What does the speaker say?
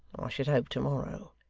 should hope, to-morrow.